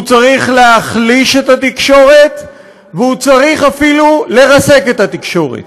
הוא צריך להחליש את התקשורת והוא צריך אפילו לרסק את התקשורת,